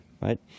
Right